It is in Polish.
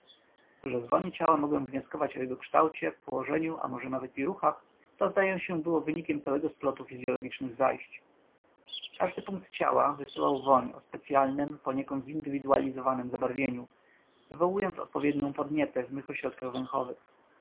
woni ciała mogłem wnioskować o jego kształcie położeniu może nawet i ruchach to zdaje się było wynikiem całego splotu fizyologicznych zajść każdy punkt ciała wysyłał woń o specyalnem poniekąd zindywidualizowanem zabarwieniu wywołując odpowiednią podnietę w mych ośrodkach